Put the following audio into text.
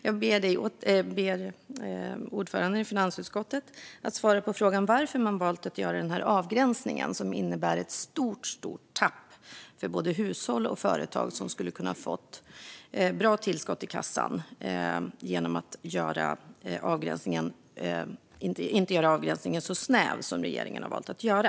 Jag ber ordföranden för finansutskottet att svara på frågan varför man valt att göra denna avgränsning, som innebär ett mycket stort tapp för både hushåll och företag. Dessa skulle ha kunnat få ett bra tillskott i kassan om avgränsningen inte hade gjorts så snäv som regeringen har valt att göra.